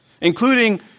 including